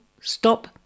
Stop